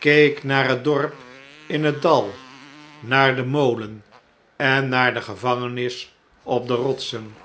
keek naar het dorp in het dal naar den molen en naar de gevangenis op de rotsen